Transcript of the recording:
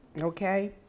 Okay